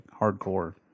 hardcore